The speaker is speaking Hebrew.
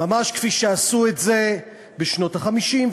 ממש כפי שעשו את זה בשנות ה-50,